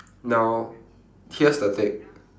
now here's the thing